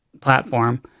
platform